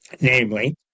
Namely